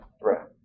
Right